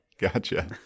gotcha